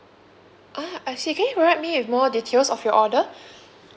ah I see can you provide me with more details of your order